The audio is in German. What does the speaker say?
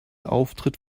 auftritt